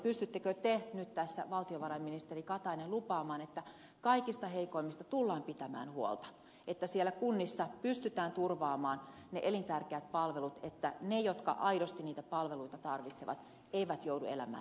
pystyttekö te nyt tässä valtiovarainministeri katainen lupaamaan että kaikista heikoimmista tullaan pitämään huolta että siellä kunnissa pystytään turvaamaan ne elintärkeät palvelut että ne jotka aidosti niitä palveluita tarvitsevat eivät joudu elämään ilman niitä